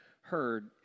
heard